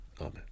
Amen